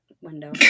window